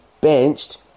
benched